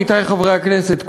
עמיתי חברי הכנסת,